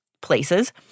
places